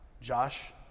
Josh